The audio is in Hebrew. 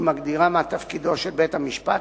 היא מגדירה מה תפקידו של בית-המשפט